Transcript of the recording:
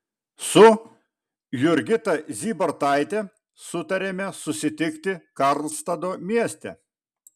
su jurgita zybartaite sutarėme susitikti karlstado mieste